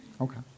Okay